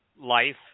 life